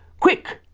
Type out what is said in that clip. quick!